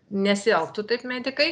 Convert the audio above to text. nesielgtų taip medikai